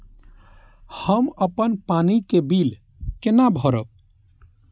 हम अपन पानी के बिल केना भरब?